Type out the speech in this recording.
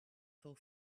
for